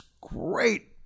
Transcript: great